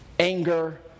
Anger